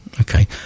Okay